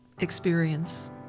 experience